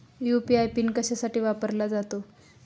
UPI PIN कशासाठी वापरला जातो?